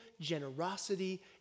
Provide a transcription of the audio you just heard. generosity